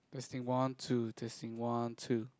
testing one two testing one two